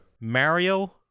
Mario